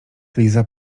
liza